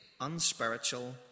unspiritual